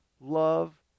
love